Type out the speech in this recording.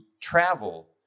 travel